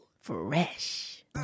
Fresh